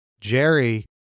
Jerry